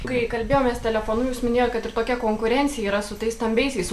kai kalbėjomės telefonu jūs minėjot kad ir tokia konkurencija yra su tais stambiaisiais